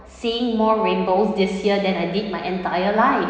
seeing more rainbows this year than I did my entire life